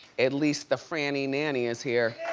at least the franny nanny is here.